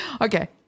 okay